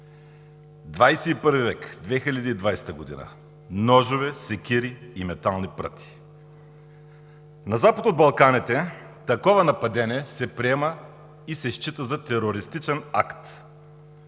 век, 2020 г. – ножове, секири и метални пръти! На Запад от Балканите такова нападение се приема и се счита за терористичен акт.